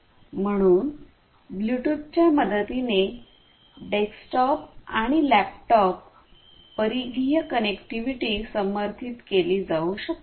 म्हणून ब्लूटूथच्या मदतीने डेस्कटॉप आणि लॅपटॉप परिघीय कनेक्टिव्हिटी समर्थित केली जाऊ शकते